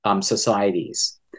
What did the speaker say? societies